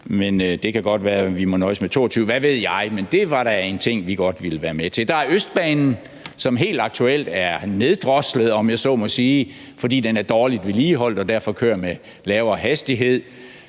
men det kan godt være, at vi må nøjes med at fremrykke den til 2022 – hvad ved jeg. Men det var da en ting, vi godt ville være med til. Der er Østbanen, som helt aktuelt er neddroslet, om jeg så må sige, fordi den er dårligt vedligeholdt og derfor kører med lavere hastighed.